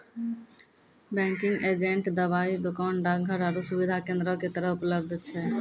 banking agent दबाइ दोकान, डाकघर आरु सुविधा केन्द्रो के तरह उपलब्ध छै